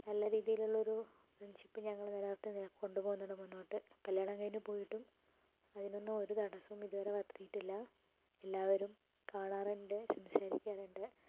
നല്ല രീതിയിലുള്ളൊരു ഫ്രണ്ട്ഷിപ്പ് ഞങ്ങള് നിലനിർത്തുന്നില്ല കൊണ്ട് പോകുന്നുണ്ട് മുന്നോട്ട് കല്യാണം കഴിഞ്ഞ് പോയിട്ടും അതിനൊന്നും ഒരു തടസ്സവും ഇതുവരെ വരുത്തിയിട്ടില്ല എല്ലാവരും കാണാറുണ്ട് സംസാരിക്കാറുണ്ട്